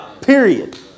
period